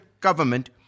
government